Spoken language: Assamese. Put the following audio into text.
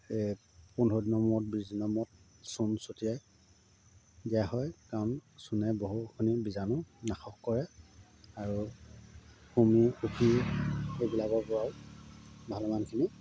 এই পোন্ধৰ দিনৰ মূৰত বিছ দিনৰ মূৰত চূণ ছটিয়াই দিয়া হয় কাৰণ চূণে বহুখিনি বীজাণু নাশক কৰে আৰু হুমি উফি এইবিলাকৰ পৰা ভালমানখিনি